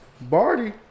Barty